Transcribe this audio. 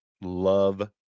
Love